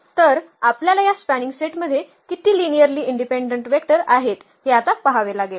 तर आपल्या या स्पॅनिंग सेटमध्ये किती लिनियर्ली इनडिपेंडंट वेक्टर आहेत हे आता पहावे लागेल